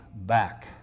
back